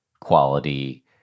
quality